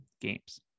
games